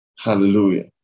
Hallelujah